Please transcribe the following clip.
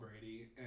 Brady